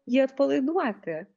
jį atpalaiduoti